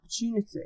opportunity